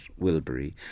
Wilbury